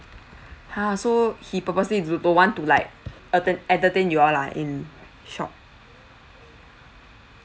ha so he purposely do~ don't want to like etern~ entertain you all lah in shop